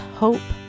hope